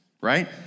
Right